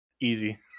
Easy